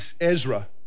Ezra